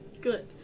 Good